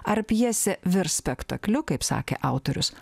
ar pjesė virs spektakliu kaip sakė autorius